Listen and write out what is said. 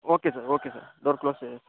okay sir okay sir door close చేసేస్తాను